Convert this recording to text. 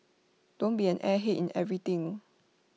don't be an airhead in everything